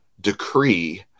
decree